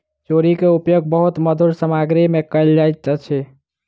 cherry के उपयोग बहुत मधुर सामग्री में कयल जाइत अछि